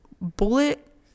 bullet